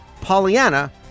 Pollyanna